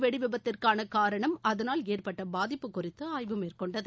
வெடி விபத்திற்கான காரணம் அதனால் ஏற்பட்ட பாதிப்பு குறித்து ஆய்வு மேற்கொண்டது